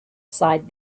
sighed